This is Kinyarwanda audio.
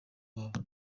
wabo